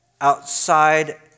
outside